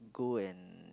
go and